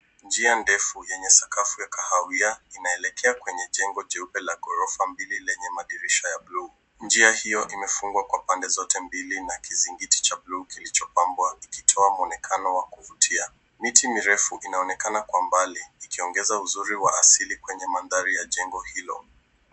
Njiana ndefu yenye sakafu ya kahawia inaelekea kwenye jengo jeupe la ghorofa mbili lenye madirisha ya buluu. Njia hiyo imefungwa kwa pande zote mbili na kizingiti cha buluu kilichopandwa, ikitoa mwonekano wa kuvutia. Miti mirefu inaonekana kwa mbali, ikiongeza uzuri wa asili kwenye mandhari ya jengo hilo.